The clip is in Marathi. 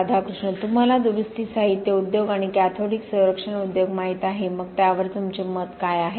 राधाकृष्ण तुम्हाला दुरुस्ती साहित्य उद्योग आणि कॅथोडिक संरक्षण उद्योग माहित आहे मग त्यावर तुमचे मत काय आहे